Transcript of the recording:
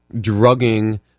drugging